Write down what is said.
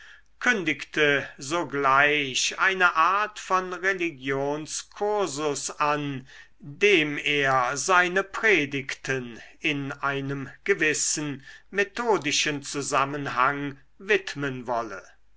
kündigte sogleich eine art von religionskursus an dem er seine predigten in einem gewissen methodischen zusammenhang widmen wolle